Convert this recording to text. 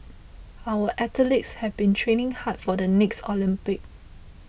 our athletes have been training hard for the next Olympic